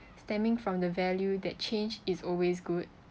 stemming from the value that change is always good